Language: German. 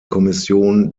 kommission